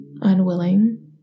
unwilling